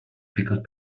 pickled